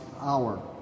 hour